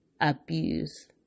abuse